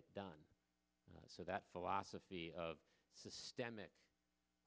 it done so that philosophy of systemic